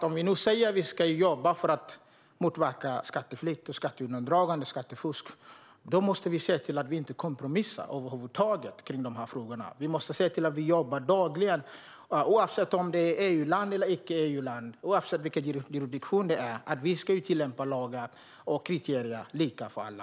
Om vi säger att vi ska jobba för att motverka skatteflykt, skatteundandragande och skattefusk måste vi se till att vi över huvud taget inte kompromissar om de här frågorna. Vi måste se till att vi jobbar med det dagligen oavsett om det är ett EU-land eller icke EU-land och avsett vilken jurisdiktion det är. Vi ska tillämpa lagar och kriterier lika för alla.